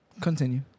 Continue